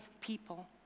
people